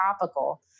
topical